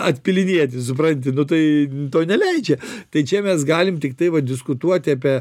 atpylinėti supranti nu tai to neleidžia tai čia mes galim tiktai vat diskutuoti apie